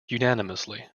unanimously